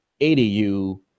adu